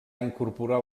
incorporar